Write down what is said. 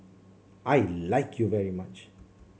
I like you very much